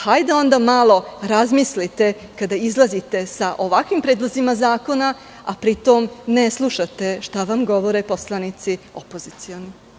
Hajde onda malo razmislite kada izlazite sa ovakvim predlozima zakona, a pri tom ne slušate šta vam govore poslanici opozicije.